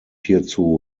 hierzu